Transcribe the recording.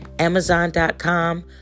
amazon.com